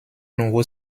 nouveau